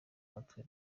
natwe